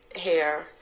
hair